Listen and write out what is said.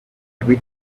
every